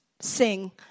sing